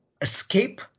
escape